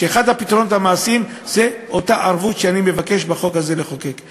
שאחד הפתרונות המעשיים זה אותה ערבות שאני מבקש לחוקק בחוק הזה.